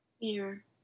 Fear